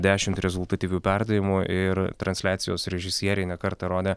dešimt rezultatyvių perdavimų ir transliacijos režisieriai ne kartą rodė